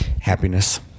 Happiness